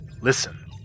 listen